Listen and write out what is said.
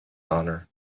honor